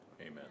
Amen